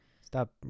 Stop